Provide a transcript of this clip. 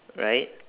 right